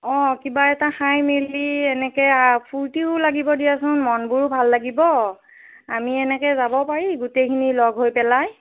অঁ কিবা এটা খাই মেলি এনেকৈ ফুৰ্ত্তিও লাগিব দিয়াচোন মনবোৰো ভাল লাগিব আমি এনেকেৈ যাব পাৰি গোটেইখিনি লগ হৈ পেলাই